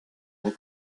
mots